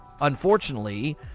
unfortunately